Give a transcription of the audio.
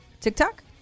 TikTok